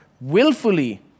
willfully